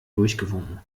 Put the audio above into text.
durchgewunken